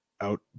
out